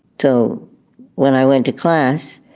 so when i went to class,